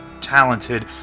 talented